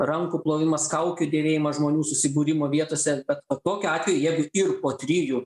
rankų plovimas kaukių dėvėjimas žmonių susibūrimo vietose bet va kokiu atveju jeigu ir po trijų